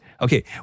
Okay